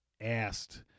asked